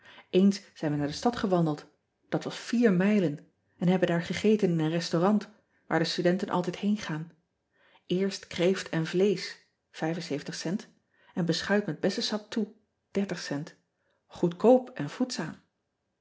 ens zijn we naar de stad gewandeld ean ebster adertje angbeen dat was vier mijlen en hebben daar gegeten in een restaurant waar de studenten altijd heengaan erst kreeft en vleesch cent en beschuit met bessensap toe oedkoop en voedzaam